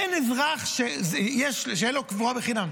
אין אזרח שאין לו קבורה בחינם.